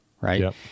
right